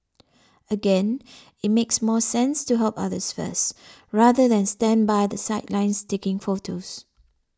again it makes more sense to help others first rather than stand by the sidelines taking photos